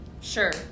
Sure